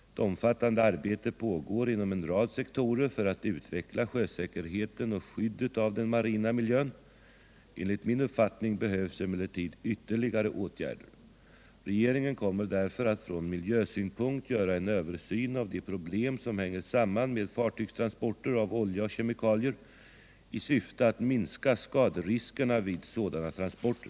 Ett omfattande arbete pågår inom en rad sektorer för att utveckla sjösäkerheten och skyddet av den marina miljön. Enligt min uppfattning behövs emellertid ytterligare åtgärder. Regeringen kommer därför att från miljösynpunkt göra en översyn av de problem som hänger samman med fartygstransporter av olja och kemikalier i syfte att minska skaderiskerna vid sådana transporter.